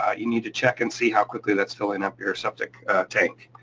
ah you need to check and see how quickly that's filling up your septic tank.